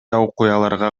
окуяларга